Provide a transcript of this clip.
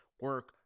Work